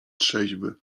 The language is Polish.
trzeźwy